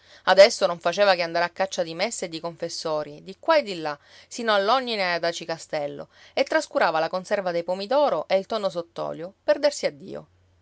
adesso non faceva che andare a caccia di messe e di confessori di qua e di là sino all'ognina e ad aci castello e trascurava la conserva dei pomidoro e il tonno sottolio